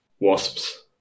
Wasps